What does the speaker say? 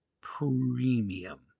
premium